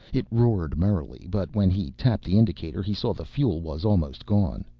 it roared merrily but when he tapped the indicator he saw the fuel was almost gone.